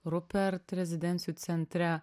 rupert rezidencijų centre